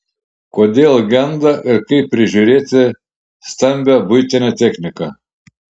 kodėl genda ir kaip prižiūrėti stambią buitinę techniką